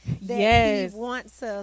Yes